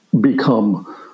become